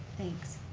thanks.